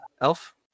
elf